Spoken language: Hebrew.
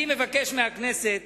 אני מבקש מהכנסת